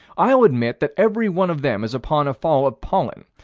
i'll admit that every one of them is upon a fall of pollen.